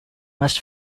must